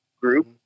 group